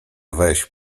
weź